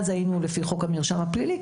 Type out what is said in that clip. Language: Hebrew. אז היינו לפי חוק המרשם הפלילי.